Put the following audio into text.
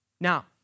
Now